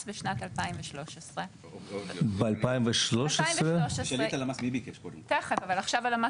בשנת 2013. ככה סתם?